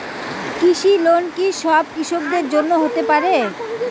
কৃষি লোন কি সব কৃষকদের জন্য হতে পারে?